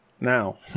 Now